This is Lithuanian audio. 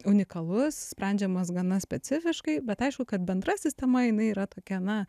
unikalus sprendžiamas gana specifiškai bet aišku kad bendra sistema jinai yra tokia na